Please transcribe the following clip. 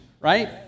right